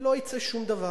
"לא יצא שום דבר"?